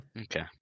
Okay